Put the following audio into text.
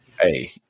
hey